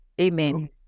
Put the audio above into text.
Amen